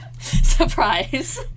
Surprise